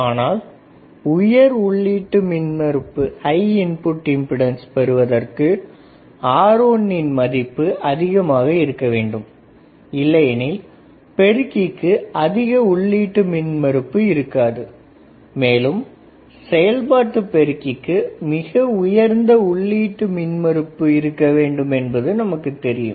ஆனால் உயர் உள்ளீட்டு மின்மறுப்பை பெருவதற்கு R1 மதிப்பு அதிகமாக இருக்க வேண்டும் இல்லையெனில் பெருக்கிக்கு அதிக உள்ளீட்டு மின்மறுப்பு இருக்காது மேலும் செயல்பாட்டு பெருக்கிக்கு மிக உயர்ந்த உள்ளீட்டு மின்மறுப்பு இருக்க வேண்டும் என்பது நமக்குத் தெரியும்